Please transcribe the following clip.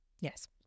Yes